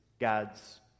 God's